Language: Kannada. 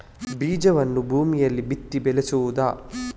ಬೀಜವನ್ನು ಭೂಮಿಯಲ್ಲಿ ಬಿತ್ತಿ ಬೆಳೆಸುವುದಾ?